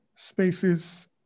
Spaces